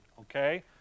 okay